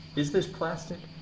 is this plastic?